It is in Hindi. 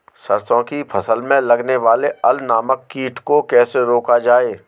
सरसों की फसल में लगने वाले अल नामक कीट को कैसे रोका जाए?